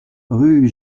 rue